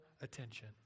attention